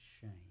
shame